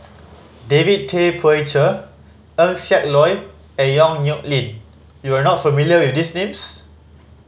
David Tay Poey Cher Eng Siak Loy and Yong Nyuk Lin you are not familiar with these names